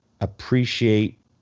appreciate